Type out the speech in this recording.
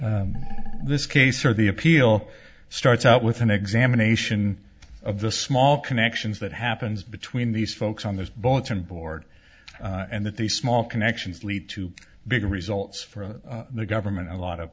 that this case or the appeal starts out with an examination of the small connections that happens between these folks on the bulletin board and that the small connections lead to bigger results for the government a lot of